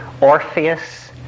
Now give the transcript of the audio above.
Orpheus